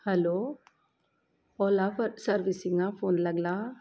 hello Ola सरविसिंगा phone लागला